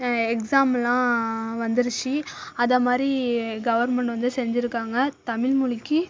எக்ஸாம்லாம் வந்துடுச்சு அது மாதிரி கவர்ன்மெண்ட் வந்து செஞ்சுருக்காங்க தமிழ்மொழிக்கு